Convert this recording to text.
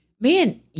man